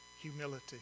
humility